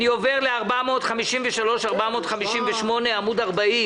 אני עובר לפניות מס' 453, 458 בעמ' 40